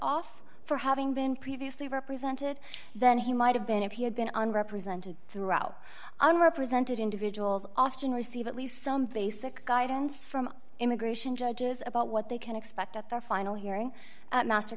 off for having been previously represented than he might have been if he had been on represented throughout unrepresented individuals often receive at least some basic guidance from immigration judges about what they can expect at their final hearing master